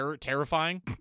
terrifying